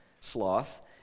sloth